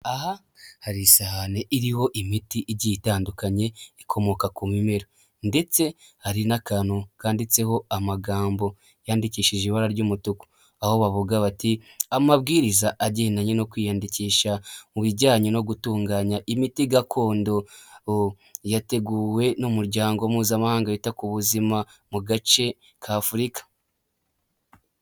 Aha hari isahani iriho imiti igiye itandukanye, ikomoka ku bimera ndetse hari n'akantu kanditseho amagambo yandikishije ibara ry'umutuku, aho bavuga bati "amabwiriza agendanye no kwiyandikisha mu bijyanye no gutunganya imiti gakondo, yateguwe n'umuryango mpuzamahanga wita ku buzima mu gace k'Afurika."